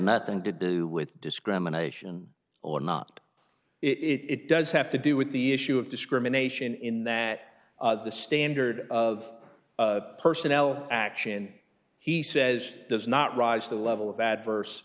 nothing to do with discrimination or not it does have to do with the issue of discrimination in that the standard of personnel action he says does not rise to the level of adverse